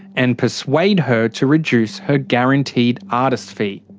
and persuade her to reduce her guaranteed artist's fee.